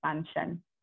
expansion